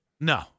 No